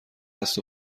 دست